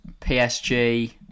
PSG